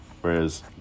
Whereas